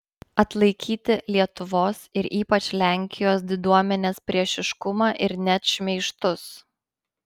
atlaikyti lietuvos ir ypač lenkijos diduomenės priešiškumą ir net šmeižtus